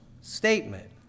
statement